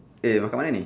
eh makan mana ni